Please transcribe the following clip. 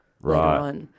Right